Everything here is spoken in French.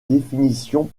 définition